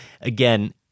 again